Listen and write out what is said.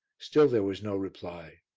still there was no reply.